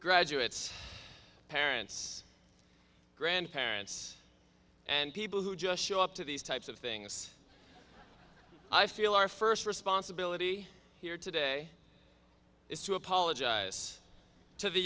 graduates parents grandparents and people who just show up to these types of things i feel our first responsibility here today is to apologize to the